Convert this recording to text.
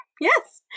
Yes